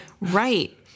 Right